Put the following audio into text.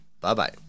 Bye-bye